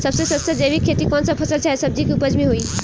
सबसे सस्ता जैविक खेती कौन सा फसल चाहे सब्जी के उपज मे होई?